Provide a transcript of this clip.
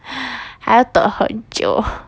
还要等很久